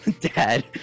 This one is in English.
Dad